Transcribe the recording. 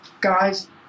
guys